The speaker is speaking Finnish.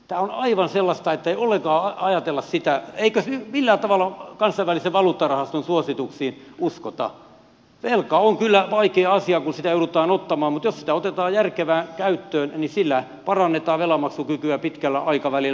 tämä on aivan sellaista ettei ollenkaan ajatella sitä eikä millään tavalla kansainvälisen valuuttarahaston suosituksiin uskota että velka on kyllä vaikea asia kun sitä joudutaan ottamaan mutta jos sitä otetaan järkevään käyttöön niin sillä parannetaan velanmaksukykyä pitkällä aikavälillä